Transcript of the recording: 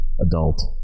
adult